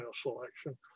selection